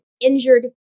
injured